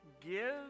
give